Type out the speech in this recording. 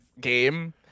game